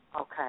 Okay